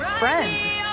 friends